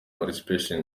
participation